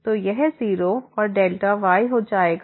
तो यह 0 औरΔy हो जाएगा